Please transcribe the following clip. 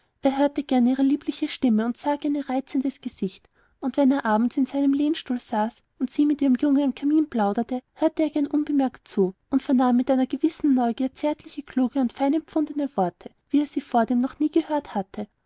er hörte gern ihre liebliche stimme und sah gern in ihr reizendes gesicht und wenn er abends in seinem lehnstuhl saß und sie mit ihrem jungen am kamin plauderte hörte er gern unbemerkt zu und vernahm mit einer gewissen neugier zärtliche kluge und fein empfundene worte wie er sie vordem nie gehört hatte